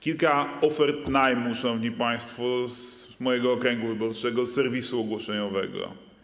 Kilka ofert najmu, szanowni państwo, z mojego okręgu wyborczego z serwisu ogłoszeniowego.